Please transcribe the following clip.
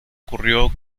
ocurrió